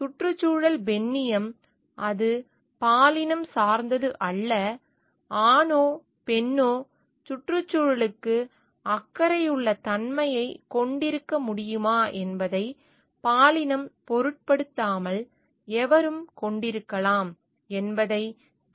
சுற்றுச்சூழல் பெண்ணியம் அது பாலினம் சார்ந்தது அல்ல ஆணோ பெண்ணோ சுற்றுச்சூழலுக்கு அக்கறையுள்ள தன்மையைக் கொண்டிருக்க முடியுமா என்பதை பாலினம் பொருட்படுத்தாமல் எவரும் கொண்டிருக்கலாம் என்பதைக் கவனத்தில் கொள்ள வேண்டும்